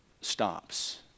stops